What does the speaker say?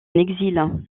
exil